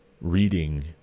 reading